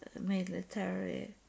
military